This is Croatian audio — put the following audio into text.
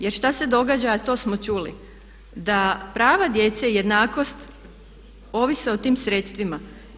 Jer šta se događa a to smo čuli da prava djece, jednakost ovise o tim sredstvima.